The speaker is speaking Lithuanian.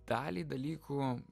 dalį dalykų